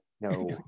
no